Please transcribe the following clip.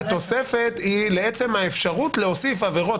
התוספת היא לעצם האפשרות להוסיף עבירות